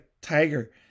tiger